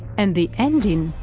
and the ending,